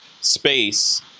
space